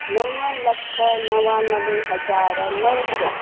नव लख नवानवे हज़ार नौ सौ